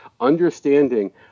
Understanding